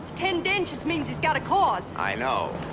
tendentious means he's got a cause. i know.